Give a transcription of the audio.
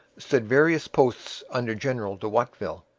stood various posts under general de watteville,